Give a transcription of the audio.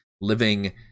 living